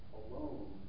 alone